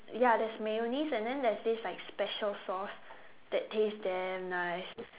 ya there's mayonnaise and then there's this like special sauce that taste damn nice